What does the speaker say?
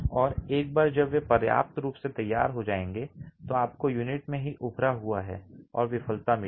और एक बार जब वे पर्याप्त रूप से तैयार हो जाएंगे तो आपको यूनिट में ही उभड़ा हुआ और विफलता मिलेगी